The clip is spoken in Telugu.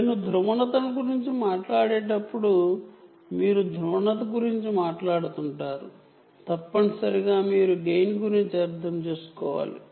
నేను పోలరైజెషన్ గురించి మాట్లాడేటప్పుడు మీరు తప్పనిసరిగా మీరు గెయిన్ గురించి అర్థం చేసుకోవాలి